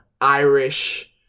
Irish